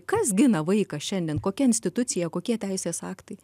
kas gina vaiką šiandien kokia institucija kokie teisės aktai